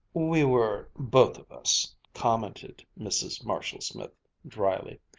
we were both of us, commented mrs. marshall-smith dryly,